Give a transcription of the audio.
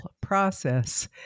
process